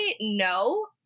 no